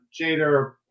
Jader